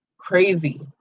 Crazy